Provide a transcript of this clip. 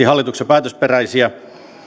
hallituksen päätösperäisiä